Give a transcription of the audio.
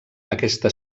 aquesta